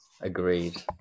agreed